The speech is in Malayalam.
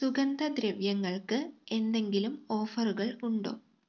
സുഗന്ധദ്രവ്യങ്ങൾക്ക് എന്തെങ്കിലും ഓഫറുകൾ ഉണ്ടോ